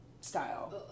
style